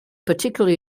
particular